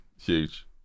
Huge